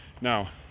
Now